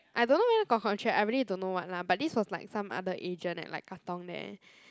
I don't know whether got contract I really don't know what lah but this was like some other agent at like Katong there